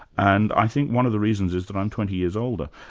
and i think one of the reasons is that i'm twenty years older.